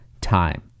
time